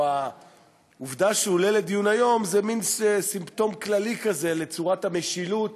או העובדה שהוא עולה לדיון היום זה מין סימפטום כללי לצורת המשילות